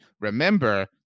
Remember